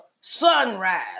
sunrise